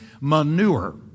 manure